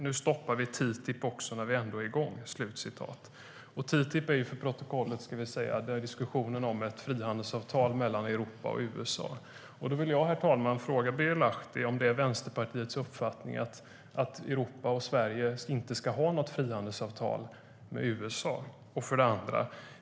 Nu stoppar vi TTIP också när vi ändå är igång. "TTIP är, ska vi säga för protokollet, diskussionen om ett frihandelsavtal mellan Europa och USA. Då vill jag, herr ålderspresident, fråga Birger Lahti om det är Vänsterpartiets uppfattning att Europa och Sverige inte ska ha något frihandelsavtal med USA.